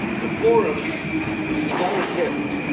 the forum is our attempt